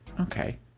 Okay